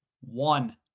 One